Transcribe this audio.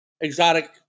exotic